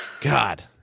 God